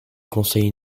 conseil